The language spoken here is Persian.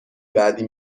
بعدی